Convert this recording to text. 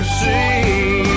see